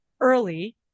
early